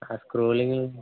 scrolling